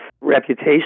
reputation